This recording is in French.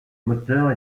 moteurs